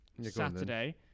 saturday